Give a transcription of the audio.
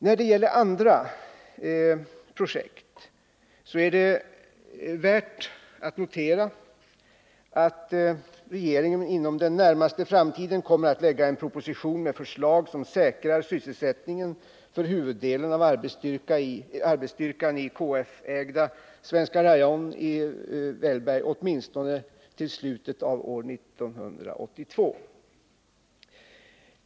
När det gäller andra projekt är det värt att notera att regeringen inom den närmaste framtiden kommer att lägga fram en proposition med ett förslag som säkrar sysselsättningen för huvuddelen av arbetsstyrkan i KF-ägda Svenska Rayon i Vålberg åtminstone till slutet av år 1982.